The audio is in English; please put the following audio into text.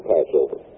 Passover